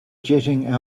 jetting